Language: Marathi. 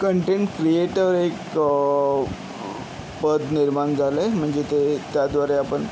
कंटेंट क्रिएटर एक पद निर्माण झालं आहे म्हणजे ते त्याद्वारे आपण